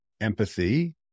empathy